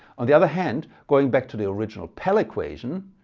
on the other hand, going back to the original pell equation,